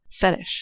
fetish